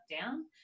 down